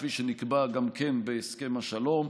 כפי שנקבע גם בהסכם השלום.